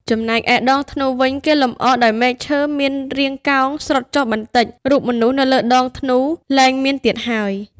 ចំណែកឯដងធ្នូវិញ គេលម្អដោយ មែកឈើមានរាងកោងស្រុតចុះបន្តិច រូបមនុស្សនៅលើដងធ្នូលែងមាន ទៀតហើយ ។